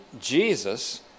Jesus